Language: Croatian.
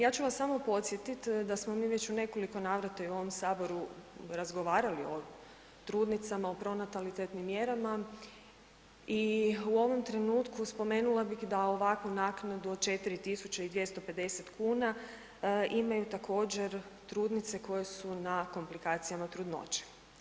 Ja ću vas samo podsjetit da smo mi već u nekoliko navrata i u ovom saboru razgovarali o trudnicama, o pronatalitetnim mjerama i u ovom trenutku spomenula bih da ovakvu naknadu od 4.250,00 kn imaju također, trudnice koje su na komplikacijama trudnoće.